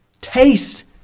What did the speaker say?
Taste